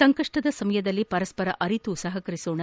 ಸಂಕಷ್ವದ ಸಮಯದಲ್ಲಿ ಪರಸ್ವರ ಅರಿತು ಸಹಕರಿಸೋಣ